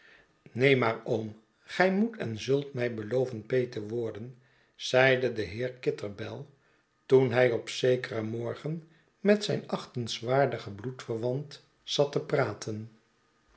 maar oom gij moet en zult mij beloven peet te worden zeide de heer kitterbell toen hij op zekeren morgen met zijn achtenswaardigen bloedverwant zat te praten